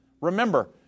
Remember